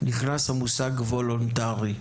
נכנס המושג: "וולונטרי"?